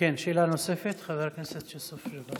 שאלה נוספת, חבר הכנסת יוסף ג'בארין.